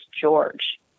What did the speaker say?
George